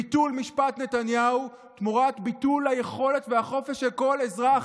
ביטול משפט נתניהו תמורת ביטול היכולת והחופש של כל אזרח